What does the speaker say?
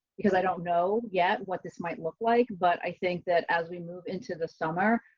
because i don't know yet what this might look like, but i think that as we move into the summer,